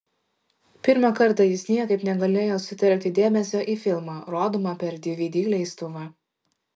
pirmą kartą jis niekaip negalėjo sutelkti dėmesio į filmą rodomą per dvd leistuvą